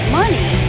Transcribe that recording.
money